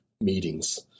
meetings